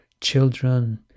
children